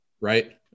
Right